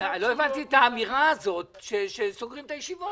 אבל לא הבנתי את האמירה הזאת שסוגרים את הישיבות.